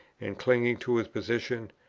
and cling to his position.